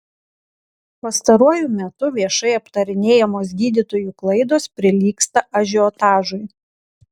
pastaruoju metu viešai aptarinėjamos gydytojų klaidos prilygsta ažiotažui